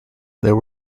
there